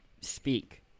speak